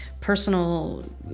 personal